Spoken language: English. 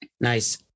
nice